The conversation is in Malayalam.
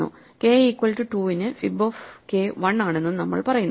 K ഈക്വൽ റ്റു 2 ന് fib ഓഫ് k 1 ആണെന്നും നമ്മൾ പറയുന്നു